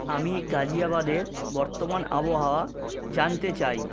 আমি গাজিয়াবাদের বর্তমান আবহাওয়া জানতে চাই